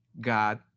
God